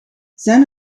zijn